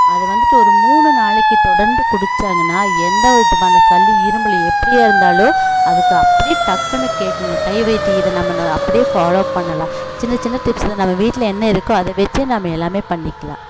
அதை வந்துட்டு ஒரு மூணு நாளைக்கு தொடர்ந்துக் குடித்தாங்கனா எந்தவிதமான சளி இரும்பல் எப்படியாயிருந்தாலும் அதுக்கு அப்படியே டக்குனு கேட்குங்க கைவைத்தியம் இது நம்ம அப்படியே ஃபாலோவ் பண்ணலாம் சின்ன சின்ன டிப்ஸ் நம்ம வீட்டில் என்ன இருக்கோ அதை வச்சு நம்ம எல்லாமே பண்ணிக்கலாம்